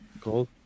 cold